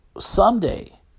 someday